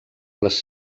les